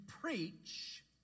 preach